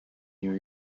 new